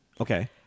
Okay